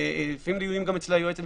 לפעמים דיונים גם אצל היועץ המשפטי.